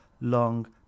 long